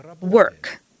work